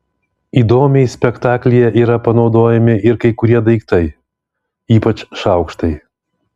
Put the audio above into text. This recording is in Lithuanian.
įdomiai spektaklyje yra panaudojami ir kai kurie daiktai ypač šaukštai